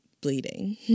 bleeding